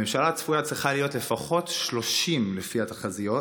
הממשלה הצפויה צריכה להיות לפחות 30, לפי התחזיות,